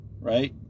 right